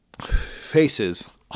faces